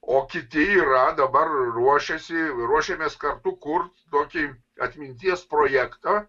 o kiti yra dabar ruošiasi ruošiamės kartu kurt tokį atminties projektą